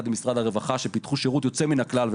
הם פיתוח שירות יוצא מן הכלל יחד עם משרד הרווחה,